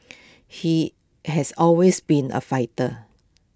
he has always been A fighter